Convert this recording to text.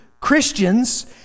Christians